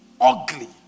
ugly